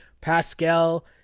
Pascal